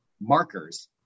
markers